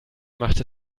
macht